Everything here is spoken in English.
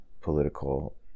political